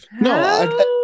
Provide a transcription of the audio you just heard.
No